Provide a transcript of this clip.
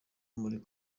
ruri